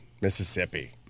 Mississippi